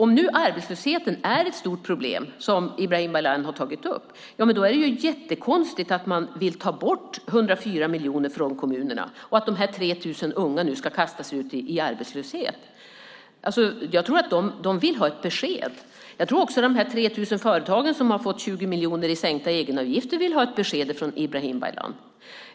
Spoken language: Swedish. Om nu arbetslösheten är ett stort problem, vilket Ibrahim Baylan tar upp, är det ju jättekonstigt om man vill ta bort 104 miljoner från kommunerna och att dessa 3 000 unga nu ska kastas ut i arbetslöshet. Jag tror att de vill ha ett besked. Jag tror också att de 3 000 företag som har fått 20 miljoner i sänkta egenavgifter vill ha ett besked från Ibrahim Baylan.